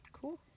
Cool